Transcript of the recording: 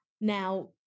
now